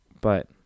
But-